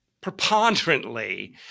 preponderantly